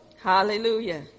Hallelujah